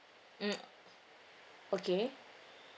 mm okay